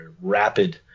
rapid